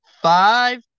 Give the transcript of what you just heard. five